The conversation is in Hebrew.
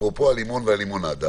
אפרופו הלימון והלימונדה